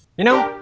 you know,